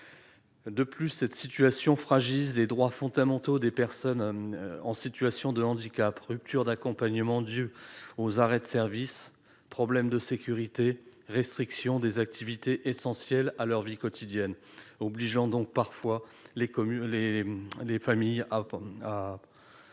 De plus, cette situation sape les droits fondamentaux des personnes en situation de handicap : ruptures d'accompagnement dues aux arrêts de service, problèmes de sécurité, restriction des activités essentielles à leur vie quotidienne, obligeant parfois les familles à